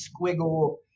squiggle